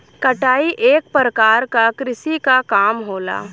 कटाई एक परकार क कृषि क काम होला